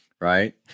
right